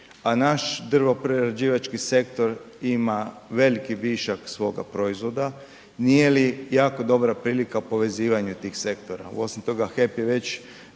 a naš drvoprerađivački sektor ima veliki višak svoga proizvoda nije li jako dobra prilika povezivanje tih sektora, osim toga HEP je već